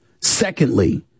Secondly